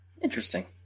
Interesting